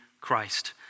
Christ